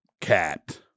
cat